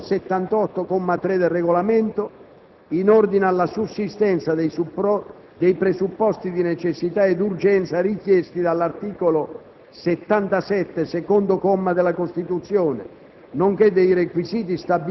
ai sensi dell'articolo 78, comma 3, del Regolamento, in ordine alla sussistenza dei presupposti di necessità e di urgenza richiesti dall'articolo 77, secondo comma, della Costituzione,